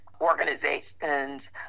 organizations